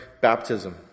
baptism